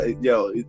yo